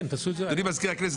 אדוני מזכיר הכנסת,